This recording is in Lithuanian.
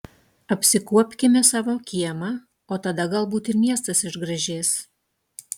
apsikuopkime savo kiemą o tada galbūt ir miestas išgražės